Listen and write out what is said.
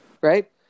right